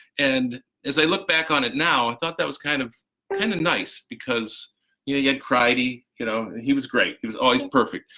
and as i look back on it now, i thought that was kind of kind of nice because you you had cry-d, you know, he was great, he was always perfect.